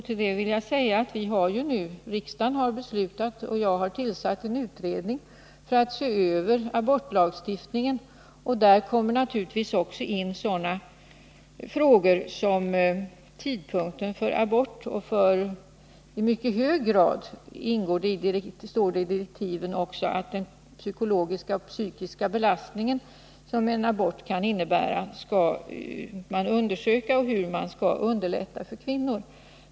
Till det vill jag säga att riksdagen ju nu har beslutat utreda frågan och att jag har tillsatt en utredning som skall se över abortlagstiftningen. Där får man naturligtvis ta upp även sådana frågor som tidpunkten för abort. Man bör också undersöka —-i mycket hög grad, står det i direktiven — den psykiska belastning som en abort kan innebära och hur man skall kunna underlätta för kvinnorna i en abortsituation.